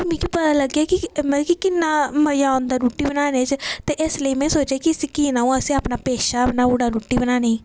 ते फिर मिगी पता लग्गेआ की कि'न्ना मज़ा औंदा रुट्टी बनाने च ते इस लेई में सोचेआ की इसी कीऽ नेईं अ'ऊं इसी पेशा बनाई ओड़ां रुट्टी बनाने गी